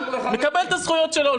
מקבל את הזכויות שלו,